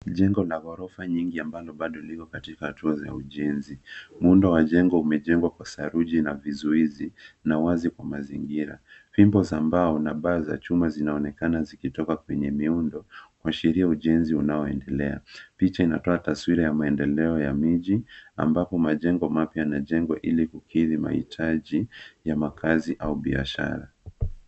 Jengo la ghorofa nyingi ambalo bado liko katika hatua za ujenzi. Muundo wa jengo umejengwa kwa saruji na vizuizi na wazi kwa mazingira. Fimbo za mbao na paa za chuma zinaonekana zikitoka kwenye miundo kuashiria ujenzi unaoendelea. Picha inatoa taswira ya maendeleo ya miji ambapo majengo mapya yanajengwa ili kukiri mahitaji ya makazi au biashara.